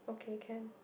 okay can